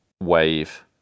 wave